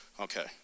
Okay